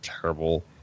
terrible